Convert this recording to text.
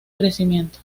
crecimiento